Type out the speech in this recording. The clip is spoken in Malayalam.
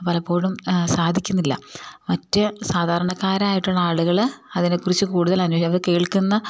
പലപ്പോഴും സാധിക്കുന്നില്ല മറ്റേ സാധാരണക്കാരായിട്ടുള്ള ആളുകൾ അതിനെ കുറിച്ചു കൂടുതൽ അവർ കേൾക്കുന്ന